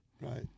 Right